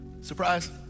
surprise